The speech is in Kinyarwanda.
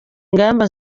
ingamba